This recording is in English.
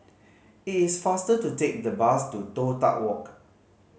it is faster to take the bus to Toh Tuck Walk